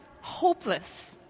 hopeless